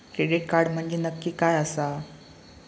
Credit card म्हंजे नक्की काय आसा?